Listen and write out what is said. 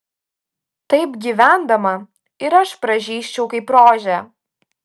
taip gyvendama ir aš pražysčiau kaip rožė